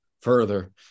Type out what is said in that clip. further